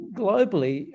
globally